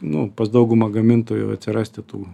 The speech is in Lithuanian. nu pas daugumą gamintojų atsirasti tų